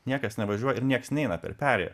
niekas nevažiuoja ir nieks neina per perėją